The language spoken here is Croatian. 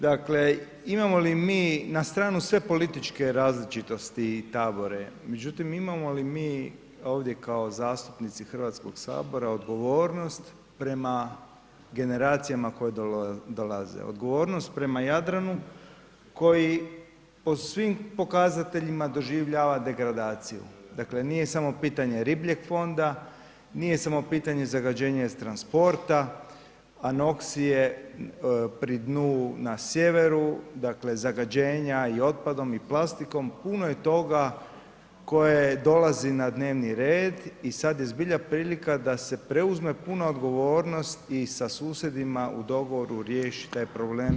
Dakle, imamo li mi, na stranu sve političke različitosti i tabore, međutim, imamo li mi ovdje kao zastupnici HS odgovornost prema generacijama koje dolaze, odgovornost prema Jadranu koji po svim pokazateljima doživljava degradaciju, dakle, nije samo pitanje ribljeg fonda, nije samo pitanje zagađenja i transporta, anoksije pri dnu na sjeveru, dakle, zagađenja i otpadom i plastikom, puno je toga koje dolazi na dnevni red i sad je zbilja prilika da se preuzme puna odgovornost i sa susjedima u dogovoru riješi taj problem